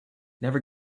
never